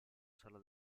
sala